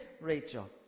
Rachel